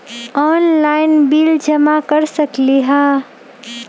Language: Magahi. ऑनलाइन बिल जमा कर सकती ह?